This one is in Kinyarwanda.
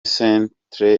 centre